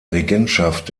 regentschaft